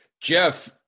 Jeff